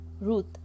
Ruth